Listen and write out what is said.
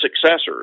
successors